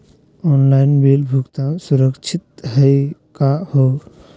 Online bill भुगतान सुरक्षित हई का हो?